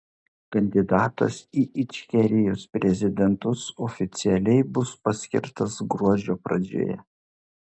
kandidatas į ičkerijos prezidentus oficialiai bus paskirtas gruodžio pradžioje